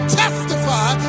testify